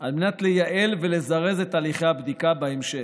על מנת לייעל ולזרז את תהליכי הבדיקה בהמשך.